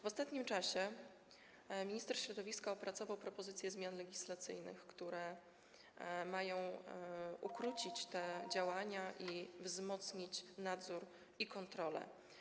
W ostatnim czasie minister środowiska opracował propozycje zmian legislacyjnych, które mają ukrócić te działania i wzmocnić nadzór i kontrolę.